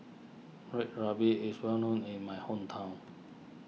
Red Ruby is well known in my hometown